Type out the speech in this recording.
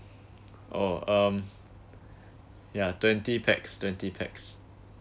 oh um ya twenty pax twenty pax